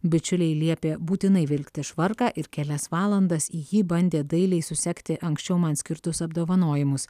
bičiuliai liepė būtinai vilktis švarką ir kelias valandas į jį bandė dailiai susegti anksčiau man skirtus apdovanojimus